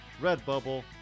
Redbubble